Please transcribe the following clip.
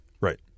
Right